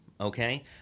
okay